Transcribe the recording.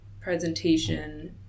presentation